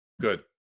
Good